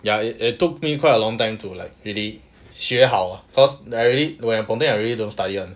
ya it it took me quite a long time to like really 学好 cause I really when I ponteng I really don't study [one] leh